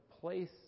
place